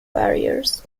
barriers